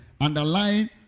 Underline